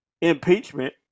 impeachment